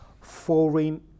foreign